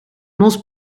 mos